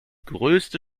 größte